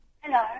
Hello